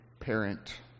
parent